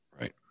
Right